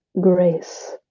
Grace